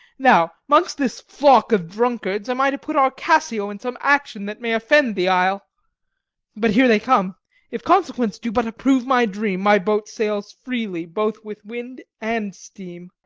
now, mongst this flock of drunkards, am i to put our cassio in some action that may offend the isle but here they come if consequence do but approve my dream, my boat sails freely, both with wind and stream.